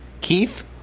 keith